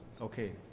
Okay